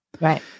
Right